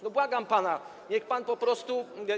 No błagam pana, niech pan po prostu.